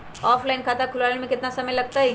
Offline खाता खुलबाबे में केतना समय लगतई?